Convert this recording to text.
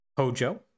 Hojo